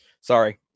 Sorry